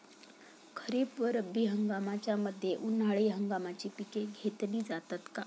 खरीप व रब्बी हंगामाच्या मध्ये उन्हाळी हंगामाची पिके घेतली जातात का?